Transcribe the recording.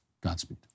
Godspeed